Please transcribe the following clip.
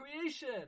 creation